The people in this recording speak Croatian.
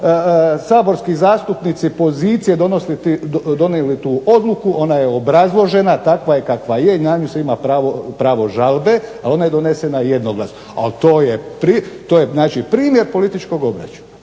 saborski zastupnici pozicije donijeli tu odluku, ona je obrazložena, takva je kakva je i na nju se ima pravo žalbe, a ona je donešena jednoglasno. To je primjer političkog obračuna.